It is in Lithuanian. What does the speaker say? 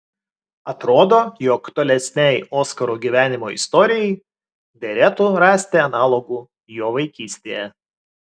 atrodo jog tolesnei oskaro gyvenimo istorijai derėtų rasti analogų jo vaikystėje